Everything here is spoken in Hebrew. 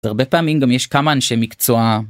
הרבה פעמים גם יש כמה אנשי מקצוע...